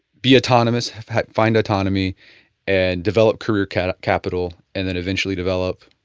be autonomist, find autonomy and develop career capital capital and then eventually develop